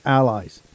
allies